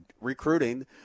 recruiting